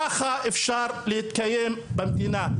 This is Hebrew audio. ככה אפשר להתקיים במדינה,